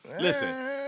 listen